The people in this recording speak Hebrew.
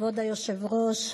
כבוד היושב-ראש,